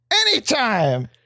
Anytime